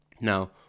now